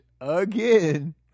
Again